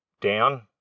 down